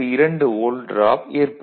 2 volt drop ஏற்படும்